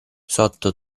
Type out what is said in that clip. sotto